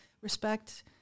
respect